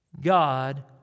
God